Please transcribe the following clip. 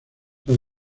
tras